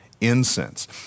incense